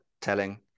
telling